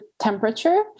temperature